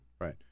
Right